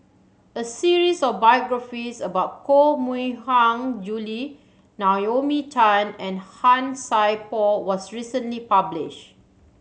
a series of biographies about Koh Mui Hiang Julie Naomi Tan and Han Sai Por was recently published